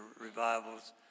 revivals